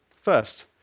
First